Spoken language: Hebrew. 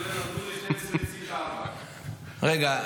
בית הלל הדרוזי זה 12.4. רגע.